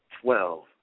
Twelve